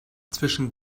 zwischen